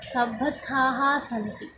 संबद्धाः सन्ति